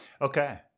Okay